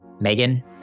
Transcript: Megan